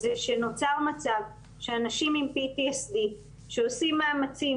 זה שנוצר מצב שאנשים עם PTSD שעושים מאמצים